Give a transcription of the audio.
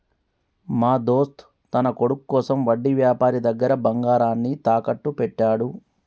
మా దోస్త్ తన కొడుకు కోసం వడ్డీ వ్యాపారి దగ్గర బంగారాన్ని తాకట్టు పెట్టాడు